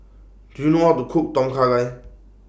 Do YOU know How to Cook Tom Kha Gai